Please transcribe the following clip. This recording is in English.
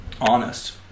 honest